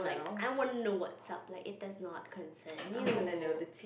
I want know what's up like it does not concern you